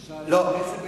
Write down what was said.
לא.